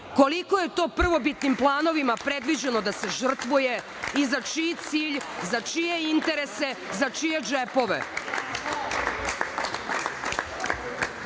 koliko je to prvobitnim planovima predviđeno da se žrtvuje i za čiji cilj, za čije interese, za čije džepove. Građani